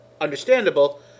understandable